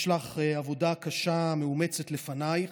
יש לך עבודה קשה ומאומצת לפנייך.